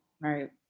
Right